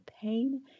pain